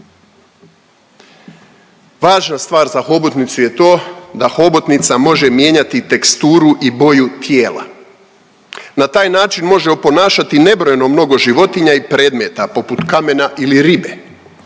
Važna stvar za hobotnicu je to da hobotnica može mijenjati teksturu i boju tijela. Na taj način može oponašati nebrojeno mnogo životinja i predmeta poput kamena ili ribe.